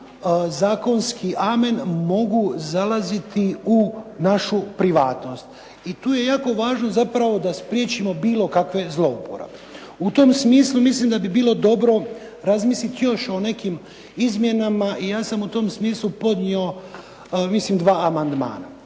I tu je jako važno zapravo da spriječimo bilo kakve zlouporabe. U tom smislu mislim da bi bilo dobro razmisliti još o nekim izmjenama i ja sam u tom smislu podnio mislim dva amandmana.